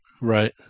right